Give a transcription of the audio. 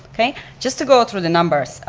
just to go through the numbers,